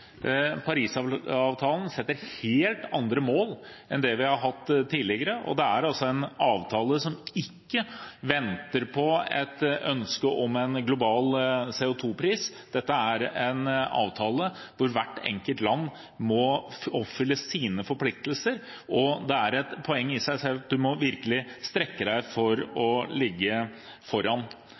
Paris-avtalen setter helt andre mål enn det vi har hatt tidligere. Det er en avtale som ikke venter på et ønske om en global CO 2 -pris, det er en avtale hvor hvert enkelt land må oppfylle sine forpliktelser, og det er et poeng i seg selv at man virkelig må strekke seg for å ligge foran.